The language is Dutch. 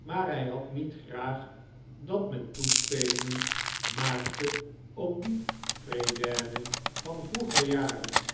maar hij had niet graag dat men toespelingen maakte op die fredaines van vroeger jaren